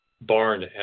barn